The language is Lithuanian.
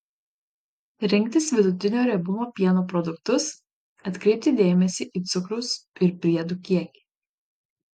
rinktis vidutinio riebumo pieno produktus atkreipti dėmesį į cukraus ir priedų kiekį